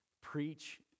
preach